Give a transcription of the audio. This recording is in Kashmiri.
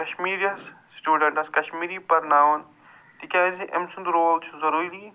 کشمیٖریَس سِٹوٗڈنٛٹس کشمیری پرناوُن تِکیٛازِ اَمہِ سُنٛد رول چھُ ضٔروٗری